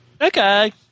Okay